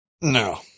No